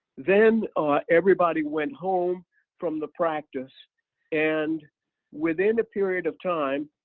then everybody went home from the practice and within a period of time,